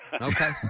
Okay